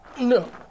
No